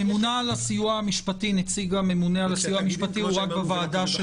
נציג הממונה על הסיוע המשפטי הוא רק בוועדה של